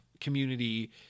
community